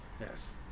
Yes